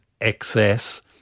excess